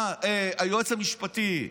היועץ המשפטי,